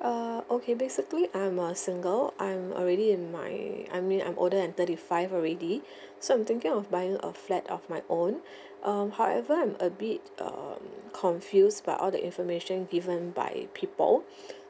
err okay basically I'm uh single I'm already in my I mean I'm older than thirty five already so I'm thinking of buying a flat of my own um however I'm a bit um confused by all the information given by people